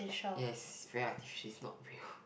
ya it's very artificial it's not real